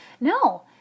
No